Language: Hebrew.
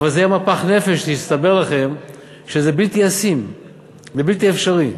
אבל זה יהיה מפח נפש כשיסתבר לכם שזה בלתי ישים ובלתי אפשרי.